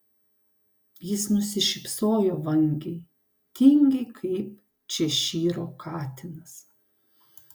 jis nusišypsojo vangiai tingiai kaip češyro katinas